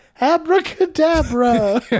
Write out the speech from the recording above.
abracadabra